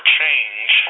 change